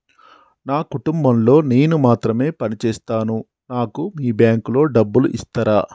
నా కుటుంబం లో నేను మాత్రమే పని చేస్తాను నాకు మీ బ్యాంకు లో డబ్బులు ఇస్తరా?